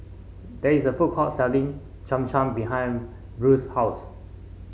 there is a food court selling Cham Cham behind Brea's house